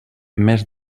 mes